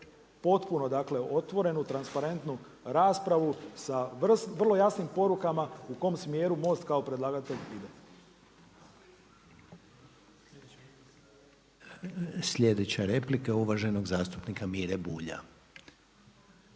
potpuno dakle otvorenu, transparentnu raspravu sa vrlo jasnim porukama u kojem smjeru MOST kao predlagatelj ide. **Reiner, Željko (HDZ)** Sljedeća replika uvaženog zastupnika Mire Bulja.